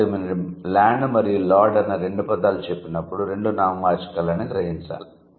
కాబట్టి మీరు ల్యాండ్ మరియు లార్డ్ అన్న రెండు పదాలు చెప్పినప్పుడు రెండూ నామవాచకాలేనని గ్రహించాలి